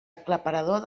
aclaparador